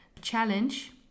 Challenge